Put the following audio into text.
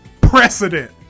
precedent